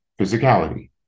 physicality